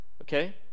Okay